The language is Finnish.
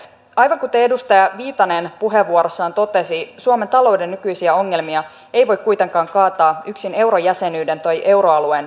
aivan kuten edustaja viitanen puheenvuorossaan totesi suomen talouden nykyisiä ongelmia ei voi kuitenkaan kaataa yksin eurojäsenyyden tai euroalueen syyksi